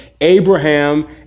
Abraham